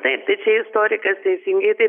taip tai čia istorikas teisingai taip